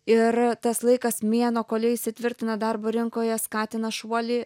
ir tas laikas mėnuo kol jie įsitvirtina darbo rinkoje skatina šuolį